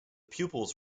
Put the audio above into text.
pupils